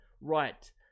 Right